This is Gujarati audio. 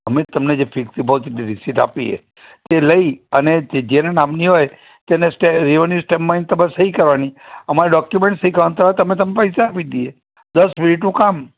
અમે તમને જે ફિક્સ ડિપોઝિટની રિસીપ આપીએ એ લઈ અને જે જેના નામની હોય તેને સ્ટેટ રેવન્યુ સ્ટેમ્પ મારીને તમારે સહી કરવાની અમારે ડોક્યુમેન્ટ સહી કરો ને તમે તમે પૈસા આપી દઈએ દસ મિનિટનું કામ